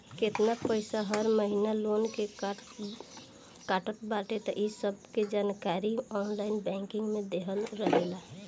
केतना पईसा हर महिना लोन के कटत बाटे इ सबके जानकारी ऑनलाइन बैंकिंग में देहल रहेला